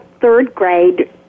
third-grade